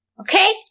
Okay